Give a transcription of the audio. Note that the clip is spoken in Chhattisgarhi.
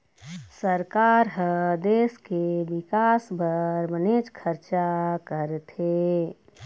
सरकार ह देश के बिकास बर बनेच खरचा करथे